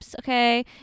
okay